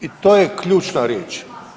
I to je ključna riječ.